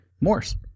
Morse